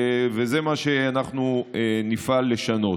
זה מה שאנחנו נפעל לשנות.